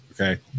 Okay